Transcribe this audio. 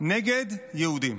נגד יהודים.